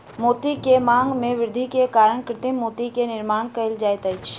मोती के मांग में वृद्धि के कारण कृत्रिम मोती के निर्माण कयल जाइत अछि